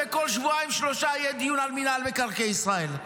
בכל שבועיים-שלושה יהיה דיון על מינהל מקרקעי ישראל,